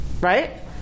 Right